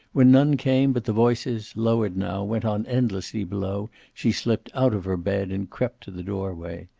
when none came, but the voices, lowered now, went on endlessly below, she slipped out of her bed and crept to the doorway.